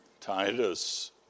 Titus